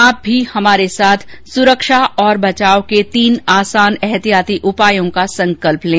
आप भी हमारे साथ सुरक्षा और वचाव के तीन आसान एहतियाती उपायों का संकल्प लें